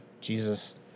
Jesus